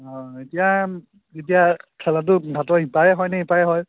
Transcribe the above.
অঁ এতিয়া এতিয়া খেলাটো ঘাটৰ সিপাৰে হয়নে এইপাৰে হয়